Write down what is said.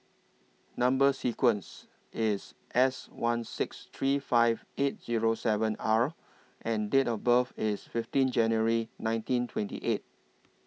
Number sequence IS S one six three five eight Zero seven R and Date of birth IS fifteen January nineteen twenty eight